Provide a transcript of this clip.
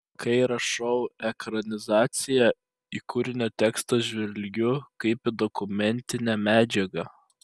kai rašau ekranizaciją į kūrinio tekstą žvelgiu kaip į dokumentinę medžiagą